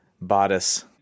bodice